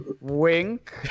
Wink